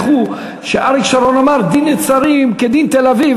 כשאריק שרון אמר "דין נצרים כדין תל-אביב",